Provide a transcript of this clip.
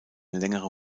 längere